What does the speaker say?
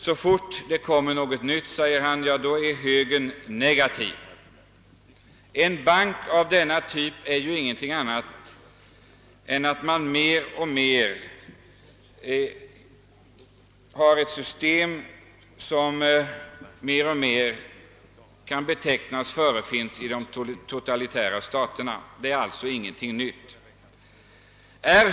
Så fort det kommer någonting nytt är högern negativ, sade han. En bank av denna typ betyder ju ingenting annat än att man inför ett system som alltmer liknar de totalitära staternas. Det är alltså ingenting nytt.